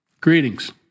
Greetings